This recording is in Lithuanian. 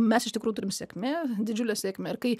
mes iš tikrųjų turim sėkmė didžiulę sėkmę ir kai